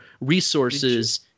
resources